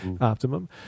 Optimum